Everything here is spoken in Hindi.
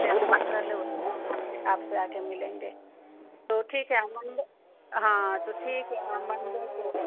पहले आपसे बात कर लें उसके बाद आपसे आपसे आकर हम मिलेंगे तो ठीक है हम मंडे हाँ तो ठीक है हम मंडे को